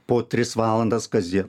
po tris valandas kasdien